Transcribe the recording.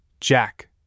Jack